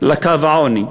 לקו העוני,